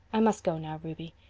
i must go now, ruby.